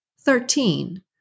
Thirteen